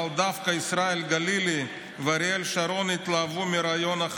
אבל דווקא ישראל גלילי ואריאל שרון התלהבו מהרעיון,